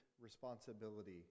responsibility